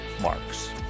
Marks